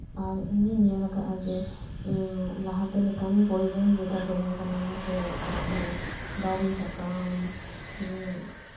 ᱟᱨ ᱤᱧᱤᱧ ᱧᱮᱞ ᱟᱠᱟᱫᱟ ᱡᱮ ᱞᱟᱦᱟᱛᱮᱱ ᱞᱮᱠᱟᱱ ᱯᱚᱨᱤᱵᱮᱥ ᱡᱮᱴᱟ ᱛᱟᱦᱮᱸ ᱠᱟᱱᱟ ᱢᱟᱱᱮ ᱫᱟᱨᱤ ᱥᱟᱠᱟᱢ